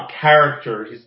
character